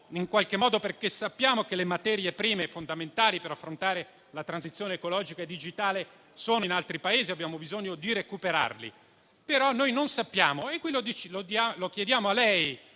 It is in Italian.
Material Act, perché sappiamo che le materie prime fondamentali per affrontare la transizione ecologica e digitale sono in altri Paesi e abbiamo bisogno di recuperarle.